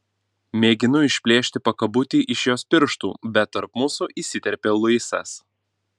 mėginu išplėšti pakabutį iš jos pirštų bet tarp mūsų įsiterpia luisas